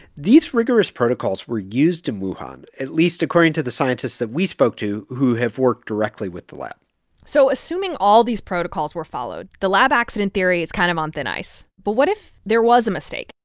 these rigorous protocols were used in wuhan, at least according to the scientists that we spoke to who have worked directly with the lab so assuming all these protocols were followed, the lab accident theory is kind of on thin ice. but what if there was a mistake,